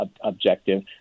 objective